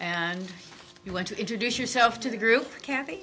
and you want to introduce yourself to the group kathy